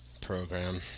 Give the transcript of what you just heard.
program